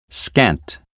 Scant